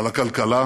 על הכלכלה,